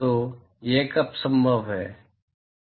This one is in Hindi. तो यह कब संभव है